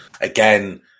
again